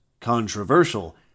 controversial